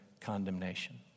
condemnation